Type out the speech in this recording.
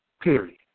Period